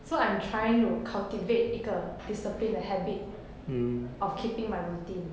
so I'm trying to cultivate 一个 discipline the habit of keeping my routine